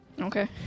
Okay